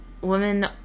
women